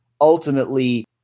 ultimately